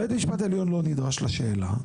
בית משפט העליון לא נדרש לשאלה.